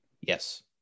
Yes